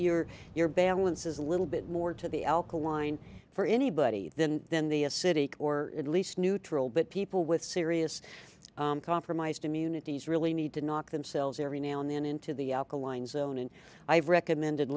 or your balances a little bit more to the alkaline for anybody then then the a city or at least neutral but people with serious compromised immunities really need to knock themselves every now and then into the alkaline zone and i've recommended